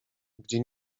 gdzie